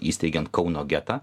įsteigiant kauno getą